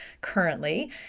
currently